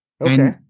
okay